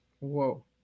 Whoa